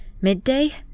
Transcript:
midday